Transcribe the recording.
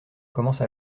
commence